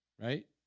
right